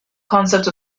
concept